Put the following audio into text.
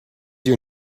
your